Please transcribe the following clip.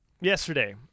Yesterday